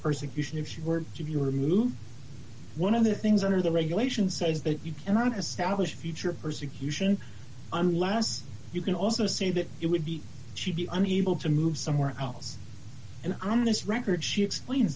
persecution if she were to be removed one of the things under the regulations say is that you cannot establish future persecution unless you can also say that it would be she'd be unable to move somewhere else and on this record she explain